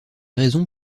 raisons